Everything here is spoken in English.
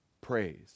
praise